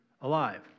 alive